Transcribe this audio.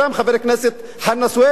חבר הכנסת חנא סוייד?